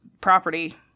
property